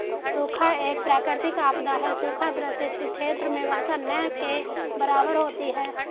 सूखा एक प्राकृतिक आपदा है सूखा ग्रसित क्षेत्र में वर्षा न के बराबर होती है